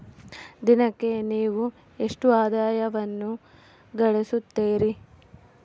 ದಿನಕ್ಕೆ ನೇವು ಎಷ್ಟು ಆದಾಯವನ್ನು ಗಳಿಸುತ್ತೇರಿ?